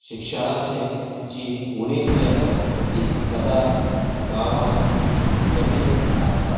शिक्षणाचे जी उणीव जी आसा तीं सदांच गांवांत कमीच आसता